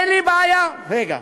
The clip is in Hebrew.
אין לי בעיה, רגע,